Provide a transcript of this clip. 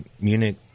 Munich